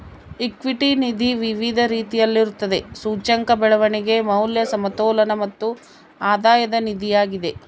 equity ನಿಧಿ ವಿವಿಧ ರೀತಿಯಲ್ಲಿರುತ್ತದೆ, ಸೂಚ್ಯಂಕ, ಬೆಳವಣಿಗೆ, ಮೌಲ್ಯ, ಸಮತೋಲನ ಮತ್ತು ಆಧಾಯದ ನಿಧಿಯಾಗಿದೆ